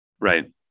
Right